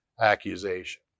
accusation